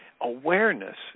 awareness